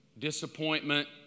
Disappointment